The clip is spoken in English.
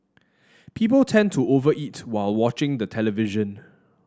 people tend to over eat while watching the television